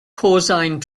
cosine